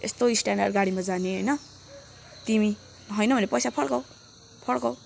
यस्तो स्ट्यानडर्ड गाडिमा जाने होइन तिमी होइन भने पैसा फर्काऊ फर्काऊ